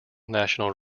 national